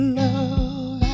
love